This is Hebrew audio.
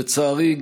לצערי,